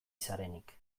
zarenik